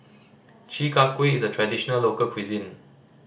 Chi Kak Kuih is a traditional local cuisine